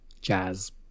jazz